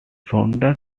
saunders